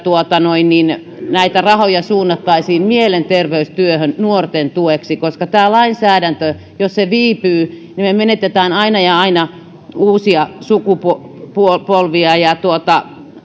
näitä rahoja suunnattaisiin mielenterveystyöhön nuorten tueksi koska tämä lainsäädäntö jos se viipyy niin me menetämme aina ja aina uusia sukupolvia